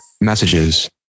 Messages